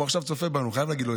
הוא צופה בנו עכשיו.